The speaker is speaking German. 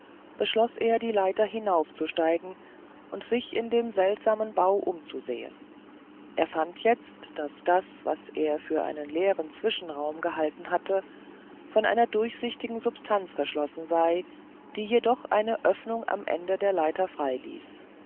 beschloß er die leiter hinaufzusteigen und sich in dem seltsamen bau umzusehen er fand jetzt daß das was er für einen leeren zwischenraum gehalten hatte von einer durchsichtigen substanz verschlossen sei die jedoch eine öffnung am ende der leiter freiließ